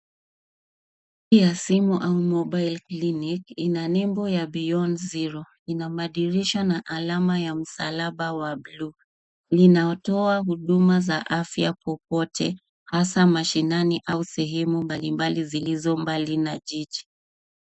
Ya simu au mobile clinic ina nebo ya beyond zero . Ina madirisha na alama ya msalaba wa blue , liinaotoa huduma za afya kwa wote, hasa mashinani, au sehemu mbali mbali zilizo mbali na jiji.